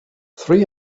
three